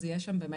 אז יש שם באמת,